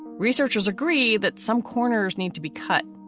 researchers agree that some corners need to be cut,